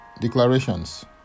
declarations